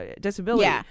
disability